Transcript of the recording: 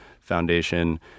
Foundation